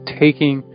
taking